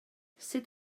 sut